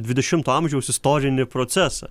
dvidešimto amžiaus istorinį procesą